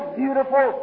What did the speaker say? beautiful